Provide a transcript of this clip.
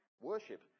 worship